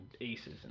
aces